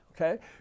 okay